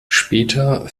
später